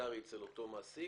הומניטרי אצל אותו מעסיק,